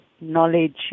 knowledge